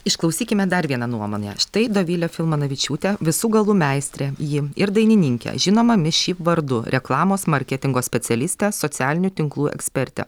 išklausykime dar vieną nuomonę štai dovilė filmanavičiūtė visų galų meistrė ji ir dainininkė žinoma mis šyp vardu reklamos marketingo specialistė socialinių tinklų ekspertė